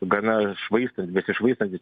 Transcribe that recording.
gana švaistant besišvaitantys